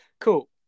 cool